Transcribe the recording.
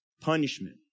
punishment